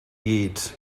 gyd